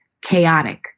chaotic